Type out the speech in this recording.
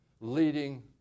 leading